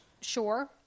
sure